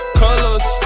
colors